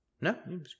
No